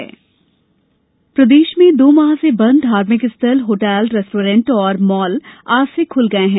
unlock प्रदेश में दो माह से बंद धार्मिक स्थल होटल रेस्तरां और मॉल आज से खुल गये हैं